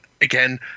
again